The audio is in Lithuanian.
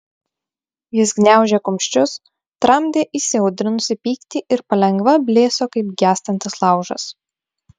jis gniaužė kumščius tramdė įsiaudrinusį pyktį ir palengva blėso kaip gęstantis laužas